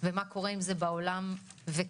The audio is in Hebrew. ומה קורה עם זה בעולם וכאן,